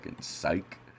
psych